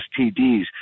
STDs